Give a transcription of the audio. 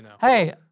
Hey